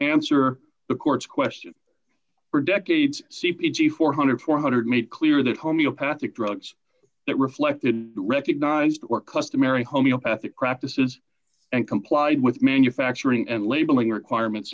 answer the court's question for decades c p g four thousand four hundred dollars made clear that homeopathic drugs that reflect the recognized or customary homeopathic practices and complied with manufacturing and labeling requirements